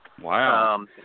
Wow